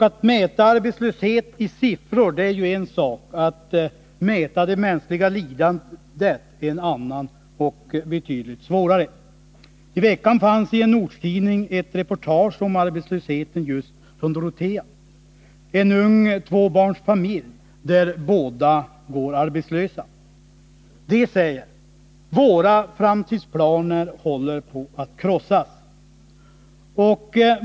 Att mäta arbetslöshet i siffror är en sak, men att mäta det mänskliga lidandet är något annat och betydligt svårare. I veckan fanns det i en ortstidning ett reportage om arbetslösheten i just Dorotea. Det handlade bl.a. om en ung tvåbarnsfamilj, där båda makarna går arbetslösa. De säger: Våra framtidsplaner håller på att krossas.